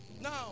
Now